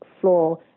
floor